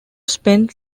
spent